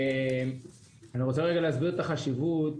אני רוצה להסביר את החשיבות.